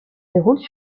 déroulent